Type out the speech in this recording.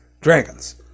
dragons